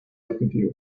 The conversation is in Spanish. objetivo